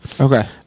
Okay